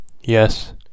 Yes